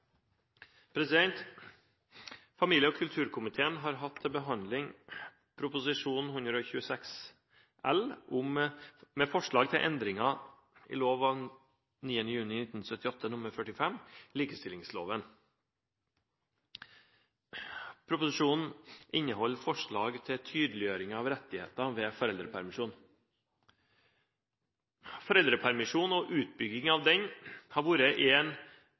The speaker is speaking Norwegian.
vedteke. Familie- og kulturkomiteen har hatt til behandling Prop. 126 L for 2011–2012 om forslag til endringer i lov av 9. juni 1978 nr. 45, likestillingsloven. Proposisjonen inneholder forslag til tydeliggjøring av rettigheter ved foreldrepermisjon. Foreldrepermisjon og utbygging av den har vært